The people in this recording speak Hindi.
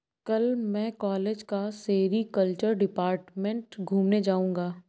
कल मैं कॉलेज का सेरीकल्चर डिपार्टमेंट घूमने जाऊंगा